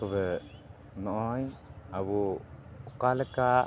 ᱛᱚᱵᱮ ᱱᱚᱜ ᱚᱭ ᱟᱵᱚ ᱚᱠᱟ ᱞᱮᱠᱟ